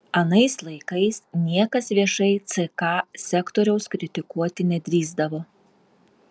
anais laikais niekas viešai ck sekretoriaus kritikuoti nedrįsdavo